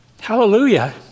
Hallelujah